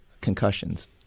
concussions